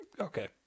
Okay